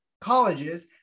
colleges